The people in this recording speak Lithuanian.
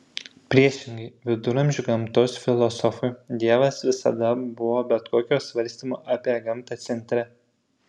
priešingai viduramžių gamtos filosofui dievas visada buvo bet kokio svarstymo apie gamtą centre